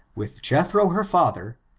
with jethro her father,